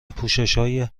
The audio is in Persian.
پوششهای